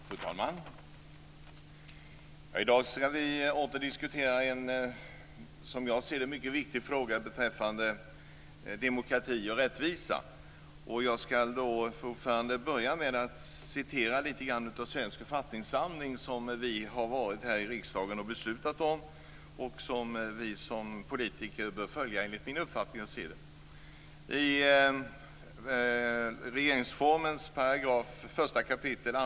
Fru talman! I dag skall vi åter diskutera en, som jag ser det, mycket viktig fråga beträffande demokrati och rättvisa. Jag skall börja med att citera litet grand ur Svensk författningssamling, som riksdagen har beslutat om och som vi som politiker enligt min uppfattning bör följa.